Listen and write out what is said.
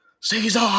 Caesar